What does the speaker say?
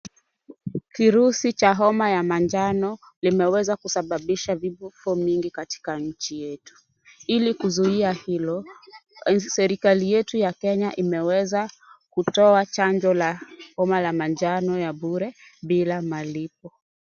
Kirusi cha homa ya manjano limeweza kusababisha vifo mingi katika nchi yetu ,ili kuzuia hiyo serikali yetu ya Kenya imeweza kutoa chanjo la homa ya manjano ya bure bila malipo.